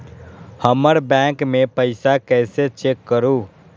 हमर बैंक में पईसा कईसे चेक करु?